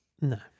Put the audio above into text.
No